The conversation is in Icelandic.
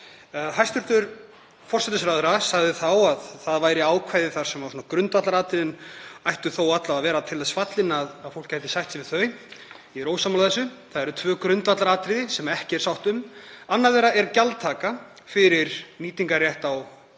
Hæstv. forsætisráðherra sagði þá að það væri ákvæði þar sem grundvallaratriðin ættu alla vega að vera til þess fallin að fólk gæti sætt sig við þau. Ég er ósammála þessu. Það eru tvö grundvallaratriði sem ekki er sátt um. Annað þeirra er gjaldtaka fyrir nýtingarrétt á auðlindum.